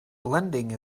blending